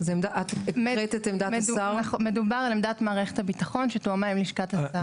זה מאוד עצוב שמשרד הביטחון הוא האויב הכי גדול של המשפחות השכולות.